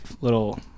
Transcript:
little